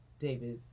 David